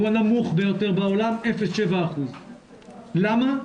הוא הנמוך ביותר בעולם, 0.7%. למה?